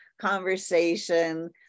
conversation